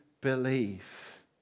believe